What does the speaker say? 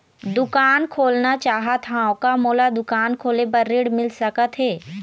दुकान खोलना चाहत हाव, का मोला दुकान खोले बर ऋण मिल सकत हे?